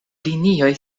linioj